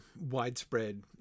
widespread